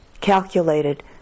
calculated